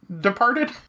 departed